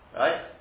right